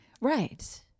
Right